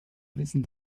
wissen